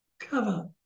Cover